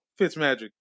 Fitzmagic